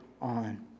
on